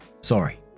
Sorry